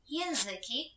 języki